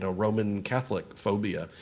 ah roman catholic phobia.